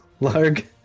Larg